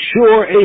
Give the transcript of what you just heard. sure